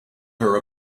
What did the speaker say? her